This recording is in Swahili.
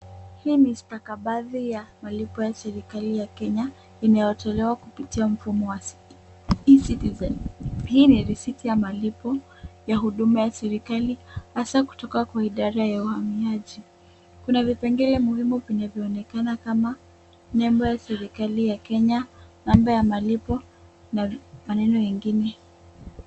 Hii ni stakabadhi ya malipo ya serikali ya Kenya, inayotolewa kupitia mfumo wa E-Citizen. Hii ni risiti ya malipo, ya huduma ya serikali, hasa kutoka kwa idara ya uhamiaji. Kuna vipengele muhimu kwenye vionekana kama nembo ya serikali ya Kenya, namba ya malipo na maneno mengine.